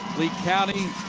lee county,